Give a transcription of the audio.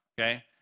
okay